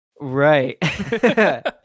right